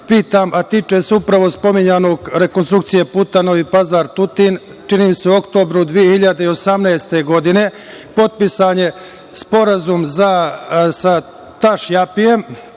pitam, a tiče se upravo spominjanog, rekonstrukcije puta Novi Pazar-Tutin, čini mi se u oktobru 2018. godine potpisan je sporazum sa „Tašjapijem“.